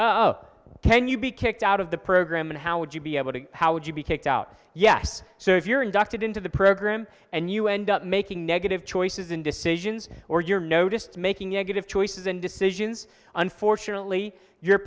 oh can you be kicked out of the program and how would you be able to how would you be kicked out yes so if you're inducted into the program and you end up making negative choices in decisions or you're noticed making negative choices and decisions unfortunately your